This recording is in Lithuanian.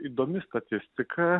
įdomi statistika